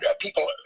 people